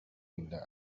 inda